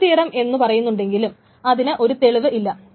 cap theorem എന്നു പറയുന്നുണ്ടെങ്കിലും അതിന് ഒരു തെളിവ് അല്ല